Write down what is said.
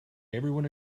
everyone